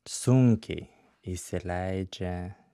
sunkiai įsileidžia